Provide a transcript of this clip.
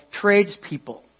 tradespeople